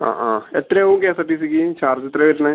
ആ ആ എത്രയാവും കെ എസ് ആർ ടി സിക്ക് ചാർജെത്ര വരണത്